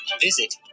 visit